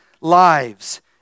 lives